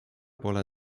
pole